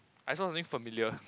I saw something familiar